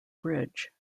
bridge